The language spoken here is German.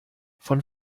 von